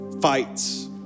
fights